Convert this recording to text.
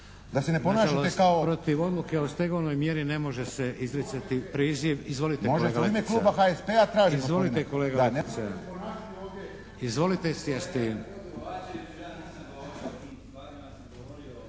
Da se ne ponašate kao